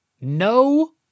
No